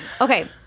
Okay